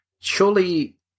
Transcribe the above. surely